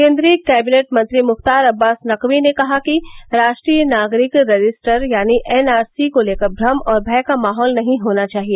केन्द्रीय कैंबिनेट मंत्री मुख्तार अब्बास नकवी ने कहा कि राष्ट्रीय नागरिक रजिस्टर यानी एन आर सी को लेकर भ्रम और भय का माहौल नहीं होना चाहिए